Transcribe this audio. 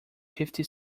fifty